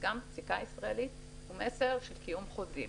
וגם בפסיקה הישראלית, הוא מסר של קיום חוזים.